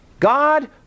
God